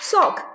Sock